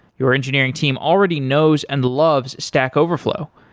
your engineering team already knows and loves stack overflow.